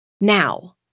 Now